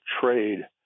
trade